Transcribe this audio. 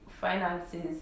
finances